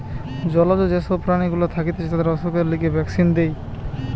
জলজ যে সব প্রাণী গুলা থাকতিছে তাদের অসুখের লিগে ভ্যাক্সিন দেয়